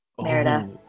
Merida